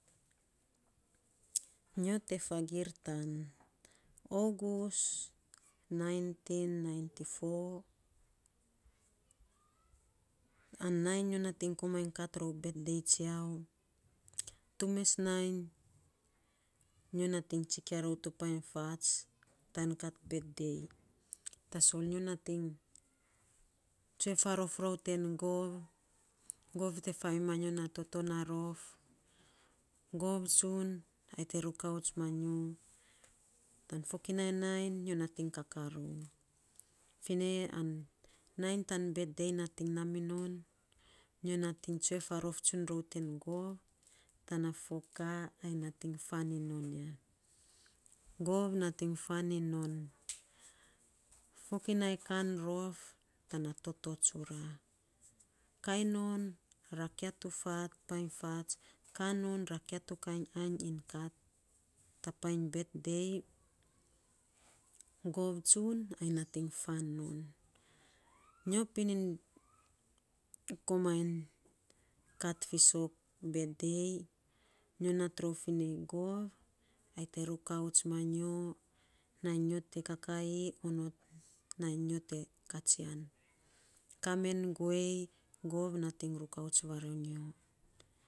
nyo te fagiir tan ogus naintin nainti fo an nainy nyo nating komainy kat rou betdei tsiau tu mas nainy nyo nating tsikia rou ta pain fats, tan at bet dei. Tasol nyo nating tsue faarof rou ten gov. Gov te fainy nanyo na toto na rof. Gov tsun, ai te rukauts manyotan fokinai nainy nyo nating kakaa rou. Fi nei an nainy tan bet dei nating naaa minon, nyo nating tsue faarof tsun rou ten gov tana foka, ai nating faan iny non ya. Gov nating faan iny non fokinai kan rof tana toto tsura. Kainin ra kia tu fa, painy fats. Kainon ra kia tu kainy ainy iny kat ta painy bet dei. Gov tsun ai nating faan non. nyo pinin komaing kat fiisok bet dei, nyo nat rou fi nei, gov ai te rukauts ma nyo nai nyo te kakaii onot nainy nyo te katsian kaamen guei gov nating rukaut varonyo.